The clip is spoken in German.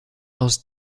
aus